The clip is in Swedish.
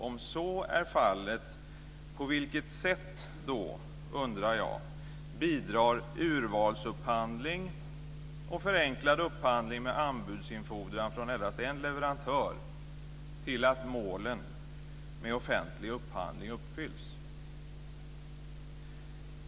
Om så är fallet, undrar jag på vilket sätt urvalsupphandling och förenklad upphandling med anbudsinfordran från endast en leverantör bidrar till att målen med offentlig upphandling uppfylls.